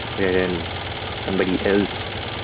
wherein somebody else,